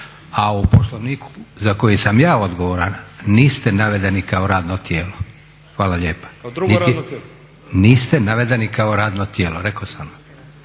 A u Poslovniku za koji sam ja odgovoran niste navedeni kao radno tijelo. Hvala lijepa. … /Upadica Matušić: Kao